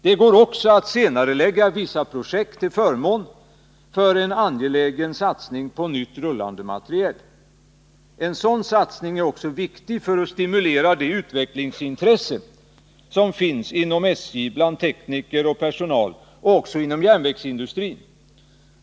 Det går också att senarelägga vissa projekt till förmån för en angelägen satsning på nytt rullande materiel. En sådan satsning är viktig också för att stimulera det utvecklingsintresse som finns inom SJ bland tekniker och personal och inom järnvägsindustrin.